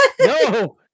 No